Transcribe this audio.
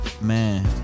man